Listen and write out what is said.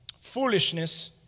Foolishness